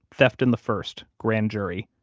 theft in the first, grand jury.